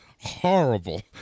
horrible